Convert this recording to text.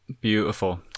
Beautiful